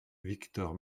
victor